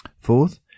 Fourth